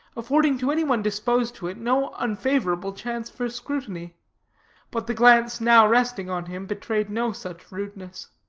affording to any one disposed to it no unfavorable chance for scrutiny but the glance now resting on him betrayed no such rudeness.